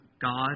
God